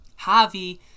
Javi